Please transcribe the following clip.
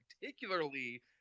particularly